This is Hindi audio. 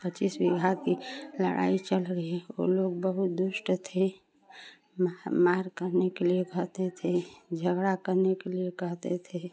पचीस बिगहा की लड़ाई चल रई है वो लोग बहुत दुष्ट थे महा मार करने के लिए कहते थे झगड़ा करने के लिए कहते थे